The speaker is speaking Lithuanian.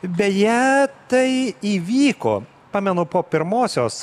beje tai įvyko pamenu po pirmosios